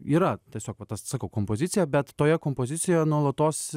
yra tiesiog va tas sakau kompozicija bet toje kompozicijoje nuolatos